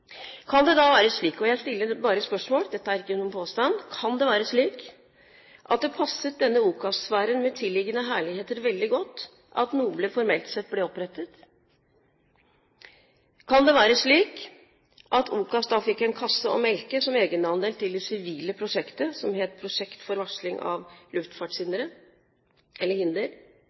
Kan det da være slik – jeg stiller bare spørsmål, dette er ikke noen påstand – at det passet denne OCAS-sfæren med tilliggende herligheter veldig godt at NOBLE formelt ble opprettet? Kan det være slik at OCAS da fikk en kasse å melke av som egenandel til det sivile prosjektet, som het Prosjekt for varsling av luftfartshindre,